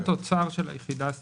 זה התוצר של היחידה הסטטיסטית.